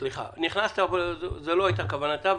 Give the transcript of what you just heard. שמענו עכשיו את הסוגיה של העובדים.